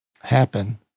happen